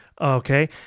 Okay